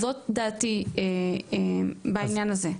זאת דעתי בעניין הזה.